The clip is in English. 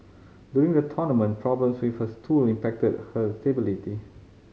during the tournament problems with her stool impacted her stability